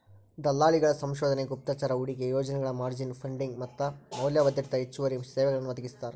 ದಲ್ಲಾಳಿಗಳ ಸಂಶೋಧನೆ ಗುಪ್ತಚರ ಹೂಡಿಕೆ ಯೋಜನೆಗಳ ಮಾರ್ಜಿನ್ ಫಂಡಿಂಗ್ ಮತ್ತ ಮೌಲ್ಯವರ್ಧಿತ ಹೆಚ್ಚುವರಿ ಸೇವೆಗಳನ್ನೂ ಒದಗಿಸ್ತಾರ